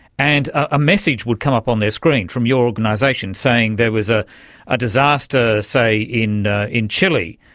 and a message would come up on their screen from your organisation saying there was ah a disaster, say in in chile,